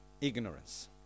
Ignorance